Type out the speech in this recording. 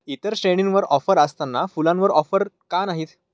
इतर श्रेणींवर ऑफर असताना फुलांवर ऑफर का नाहीत